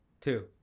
Two